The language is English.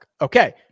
Okay